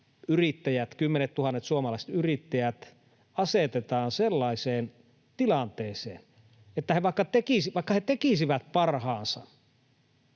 suomalaiset yrittäjät, asetetaan sellaiseen tilanteeseen, että vaikka he tekisivät parhaansa,